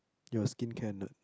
you're skincare nerd